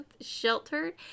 sheltered